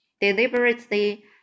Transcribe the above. Deliberately